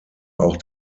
auch